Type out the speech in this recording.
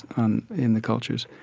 and in the cultures.